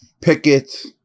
picket